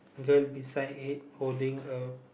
there beside it holding a